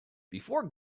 before